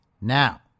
Now